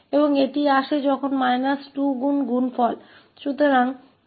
और यह तब आता है जब 2 गुना उत्पाद